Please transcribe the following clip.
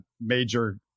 major